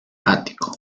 ático